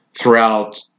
throughout